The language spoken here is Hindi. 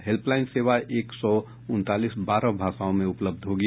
हेल्पलाइन सेवा एक सौ उनतालीस बारह भाषाओं में उपलब्ध होगी